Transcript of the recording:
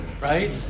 right